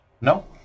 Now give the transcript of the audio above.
no